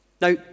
Now